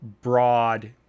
broad